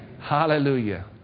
Hallelujah